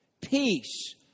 Peace